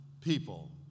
people